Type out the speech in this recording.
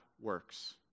works